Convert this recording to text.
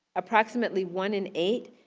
approximately one in eight,